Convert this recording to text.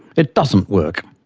it doesn't work.